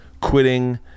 quitting